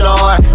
Lord